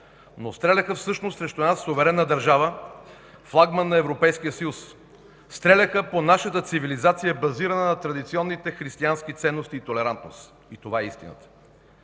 но стреляха всъщност срещу една суверенна държава – флагман на Европейския съюз, стреляха по нашата цивилизация, базирана на традиционните християнски ценности и толерантност. И това е истината!